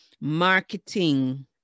marketing